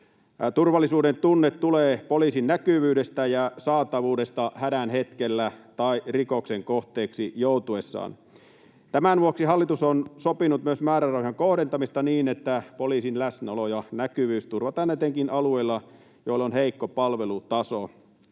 Turvallisuudentunne tulee poliisin näkyvyydestä ja saatavuudesta hädän hetkellä tai rikoksen kohteeksi joutuessa. Tämän vuoksi hallitus on sopinut myös määrärahojen kohdentamisesta niin, että poliisin läsnäolo ja näkyvyys turvataan etenkin alueilla, joilla on heikko palvelutaso.